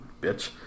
bitch